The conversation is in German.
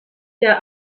der